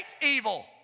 evil